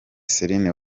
celine